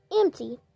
empty